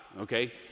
okay